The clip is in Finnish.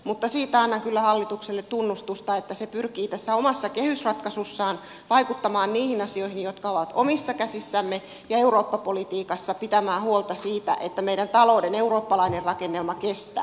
mutta siitä annan kyllä hallitukselle tunnustusta että se pyrkii tässä omassa kehysratkaisussaan vaikuttamaan niihin asioihin jotka ovat omissa käsissämme ja eurooppa politiikassa pitämään huolta siitä että meidän talouden eurooppalainen rakennelma kestää